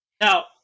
Now